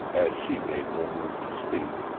as she made no move to speak.